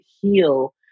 heal